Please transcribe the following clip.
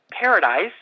paradise